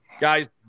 Guys